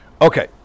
Okay